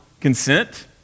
consent